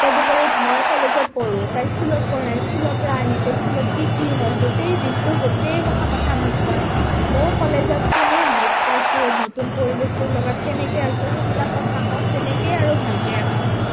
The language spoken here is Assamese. তদুপৰি মই কলেজত পঢ়োঁ তাই স্কুলত পঢ়ে স্কুলৰ পৰা আহি তাই স্কুলত কি কি হ'ল গোটেই দিনটোৰ গোটেইমখা কথা মোক কয় মইও কলেজত কেনে আহি পাইছোঁ নতুন পৰিৱেশটোৰ লগত কেনেকৈ আছোঁ সেইবিলাক কথা কওঁ তেনেকৈয়ে আৰু ভালকৈ আছোঁ